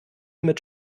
mit